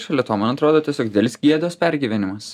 šalia to man atrodo tiesiog didelis gėdos pergyvenimas